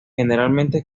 generalmente